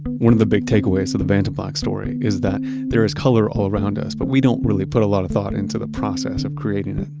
one of the big takeaways of the vantablack story is that there is color all around us, but we don't really put a lot of thought into the process of creating it.